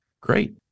Great